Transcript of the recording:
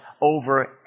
over